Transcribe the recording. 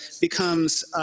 becomes